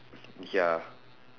ya